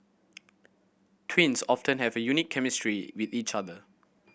twins often have a unique chemistry with each other